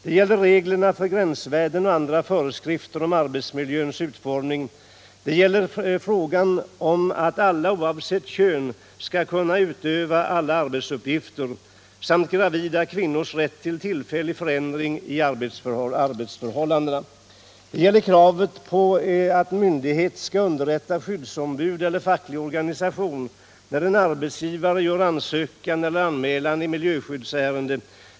Det gäller reglerna för gränsvärden och andra föreskrifter om arbetsmiljöns utformning. Det gäller frågan om att alla oavsett kön skall kunna utföra alla arbetsuppgifter samt gravida kvinnors rätt till tillfällig förändring i sina arbetsförhållanden. Det gäller kravet på att myndighet skall underrätta skyddsombud eller facklig organisation när en arbetsgivare gör ansökan eller anmälan i miljöskyddsärende.